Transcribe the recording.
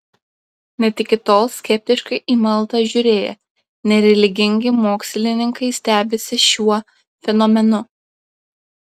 net iki tol skeptiškai į maldą žiūrėję nereligingi mokslininkai stebisi šiuo fenomenu